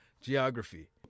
geography